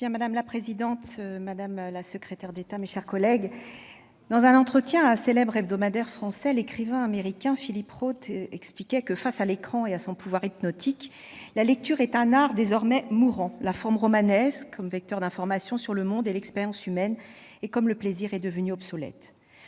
Madame la présidente, madame la secrétaire d'État, mes chers collègues, dans un entretien à un célèbre hebdomadaire français, l'écrivain américain Philip Roth expliquait :« Face à l'écran et à son pouvoir hypnotique, la lecture est un art désormais mourant. La forme romanesque, comme vecteur d'informations sur le monde et l'expérience humaine, et comme plaisir, est devenue obsolète.